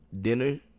dinner